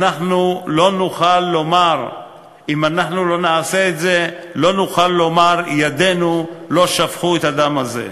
אם אנחנו לא נעשה את זה לא נוכל לומר: ידינו לא שפכו את הדם הזה.